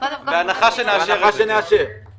בהנחה שנאשר את זה.